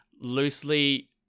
loosely